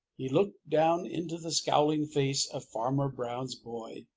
he looked down into the scowling face of farmer brown's boy,